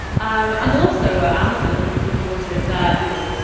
um and also, ah amazon and have reported that, you know,